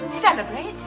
Celebrate